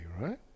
right